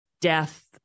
death